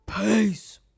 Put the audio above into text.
Peace